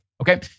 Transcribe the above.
okay